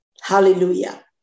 Hallelujah